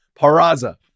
Paraza